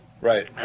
Right